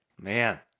Man